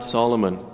Solomon